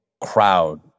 crowd